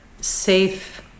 safe